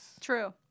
True